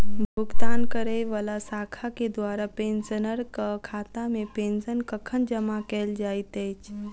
भुगतान करै वला शाखा केँ द्वारा पेंशनरक खातामे पेंशन कखन जमा कैल जाइत अछि